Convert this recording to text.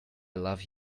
love